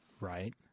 right